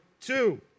two